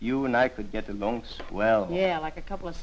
you and i could get along so well yeah like a couple of